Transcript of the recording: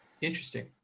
Interesting